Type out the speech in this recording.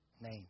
name